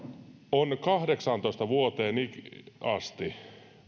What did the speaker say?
on kahdeksaantoista vuoteen asti